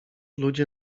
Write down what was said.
ludzie